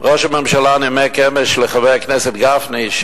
ראש הממשלה נימק אמש לחבר הכנסת גפני,